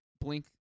blink